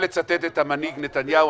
אתה אוהב לצטט את המנהיג נתניהו.